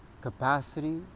Capacity